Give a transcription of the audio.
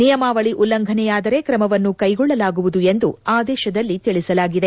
ನಿಯಮಾವಳಿ ಉಲ್ಲಂಘನೆಯಾದರೆ ಕ್ರಮವನ್ನು ಕ್ಷೆಗೊಳ್ಳಲಾಗುವುದು ಎಂದು ಆದೇಶದಲ್ಲಿ ತಿಳಿಸಲಾಗಿದೆ